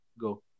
Go